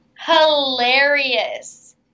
hilarious